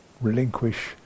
relinquish